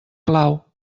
clau